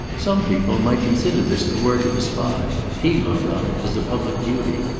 some people might consider this the work of a spy he looked on it as a public duty.